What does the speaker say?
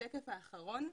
שקף אחרון,